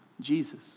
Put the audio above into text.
Jesus